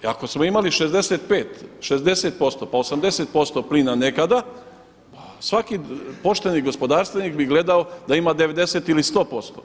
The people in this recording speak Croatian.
Ako smo imali 65, 60%, pa 80% plina nekada, pa svaki pošteni gospodarstvenik bi gledao da ima 90 ili 100%